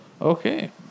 Okay